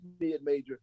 mid-major